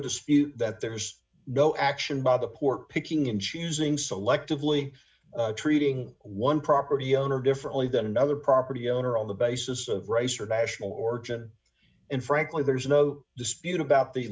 dispute that there's no action by the port picking and choosing selectively treating one property owner differently than another property owner on the basis of race or national origin and frankly there's no dispute about the